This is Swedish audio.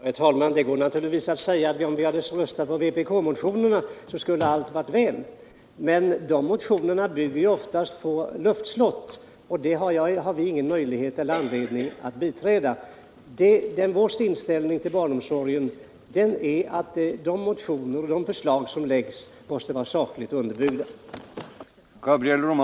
Herr talman! Det går naturligtvis att säga att om vi hade röstat på vpkmotionerna skulle allt ha varit gott och väl. Men vpk-motionerna är ju oftast luftslott, varför vi inte har någon anledning att biträda dem. Vår inställning till barnomsorgen är den att de förslag som läggs fram måste vara sakligt underbyggda.